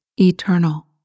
eternal